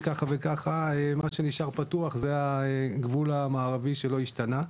ומה שנשאר פתוח זה הגבול המערבי שלא השתנה.